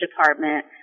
department